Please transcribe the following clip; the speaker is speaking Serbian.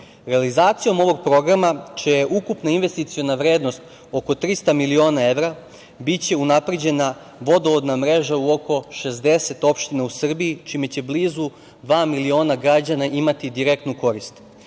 Realizacijom ovog programa čija je ukupna investiciona vrednost oko 300 miliona evra biti unapređena vodovodna mreža u oko 60 opština u Srbiji, čime će blizu dva miliona građana imati direktnu korist. Takođe,